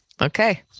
Okay